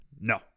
No